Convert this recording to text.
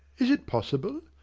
is it possible!